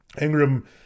Ingram